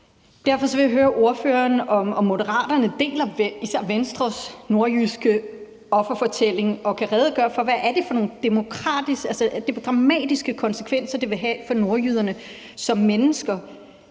Derfor vil jeg høre ordføreren, om Moderaterne deler især Venstres nordjyske offerfortælling og kan redegøre for, hvad det er for nogle demokratiske, dramatiske konsekvenser, det vil have for nordjyderne som mennesker,